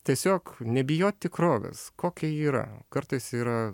tiesiog nebijot tikrovės kokia ji yra kartais yra